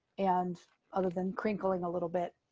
and other than crinkling a little bit,